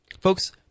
Folks